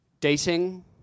Dating